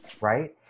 right